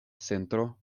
centro